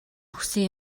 өгсөн